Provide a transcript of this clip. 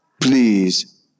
please